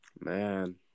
Man